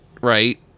right